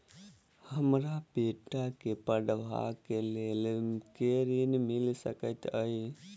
हमरा बेटा केँ पढ़ाबै केँ लेल केँ ऋण मिल सकैत अई?